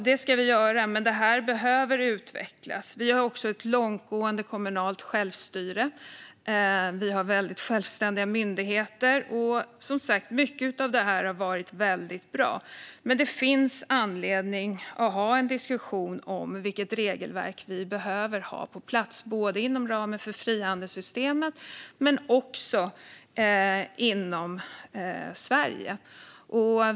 Det ska vi göra, men detta behöver utvecklas. Vi har också ett långtgående kommunalt självstyre, och vi har väldigt självständiga myndigheter. Mycket av detta har som sagt varit väldigt bra. Det finns dock anledning att ha en diskussion om vilket regelverk vi behöver ha på plats, både inom ramen för frihandelssystemet och inom Sverige.